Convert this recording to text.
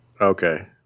Okay